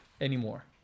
anymore